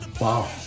Wow